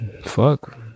Fuck